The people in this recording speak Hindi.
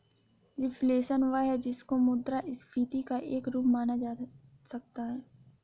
रिफ्लेशन वह है जिसको मुद्रास्फीति का एक रूप माना जा सकता है